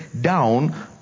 down